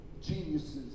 Geniuses